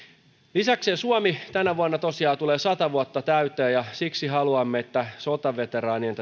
lisäksi suomella tänä vuonna tosiaan tulee sata vuotta täyteen ja siksi haluamme että sotaveteraanien